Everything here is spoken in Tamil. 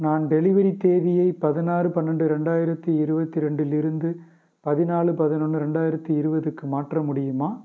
நான் டெலிவரி தேதியை பதினாறு பன்னெண்டு ரெண்டாயிரத்தி இருபத்தி ரெண்டிலிருந்து பதினாலு பதினொன்று ரெண்டாயிரத்தி இருபதுக்கு மாற்ற முடியுமா